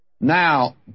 Now